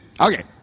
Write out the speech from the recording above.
Okay